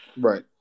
right